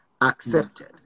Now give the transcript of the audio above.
accepted